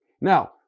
Now